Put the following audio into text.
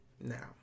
Now